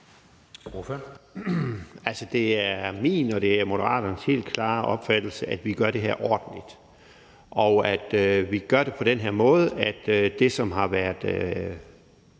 Det er min og det er Moderaternes helt klare opfattelse, at vi gør det her ordentligt, og vi gør det på den måde, at det, som har været